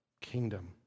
kingdom